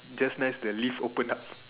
just nice the lift open up